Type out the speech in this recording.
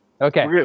Okay